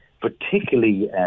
particularly